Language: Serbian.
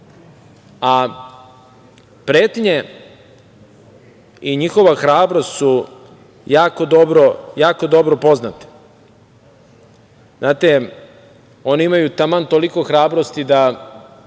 to. Pretnje i njihova hrabrost su jako dobro poznate. Znate, oni imaju taman toliko hrabrosti da